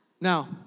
Now